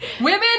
Women